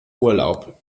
urlaub